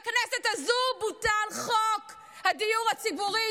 בכנסת הזו בוטל חוק הדיור הציבורי,